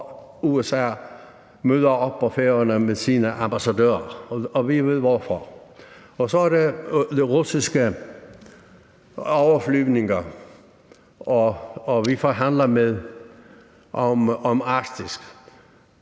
og USA op på Færøerne med deres ambassadører, og vi ved hvorfor, og så er der de russiske overflyvninger og forhandlingerne om Arktis.